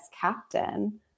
captain